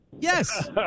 Yes